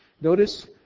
Notice